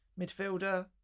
midfielder